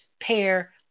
pair